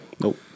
Nope